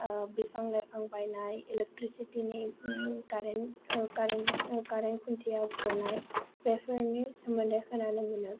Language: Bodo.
बिफां लाइफां बायनाय इलेक्ट्रिसिटिनि कारेन्ट कारेन्ट कारेन्ट खुन्थिया गुनाय बेफोरनि सोमोन्दै खोनानो मोनो